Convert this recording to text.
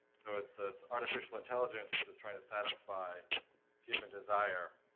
so it's this artificial intelligence which is trying to satisfy human desire,